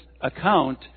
account